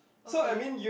okay